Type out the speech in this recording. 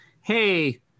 hey